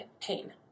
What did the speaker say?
pain